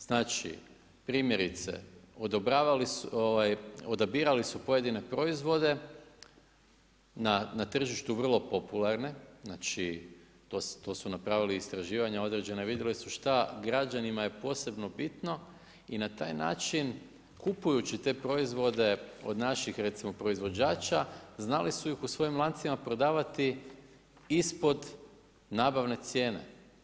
Znači, primjerice odabirali su pojedine proizvode na tržištu vrlo popularne, znači to su napravili istraživanja određena, vidjeli su šta građanima je posebno bitno i na taj način kupujući te proizvode od naših recimo proizvođača znali su ih u svojim lancima prodavati ispod nabavne cijene.